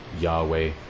Yahweh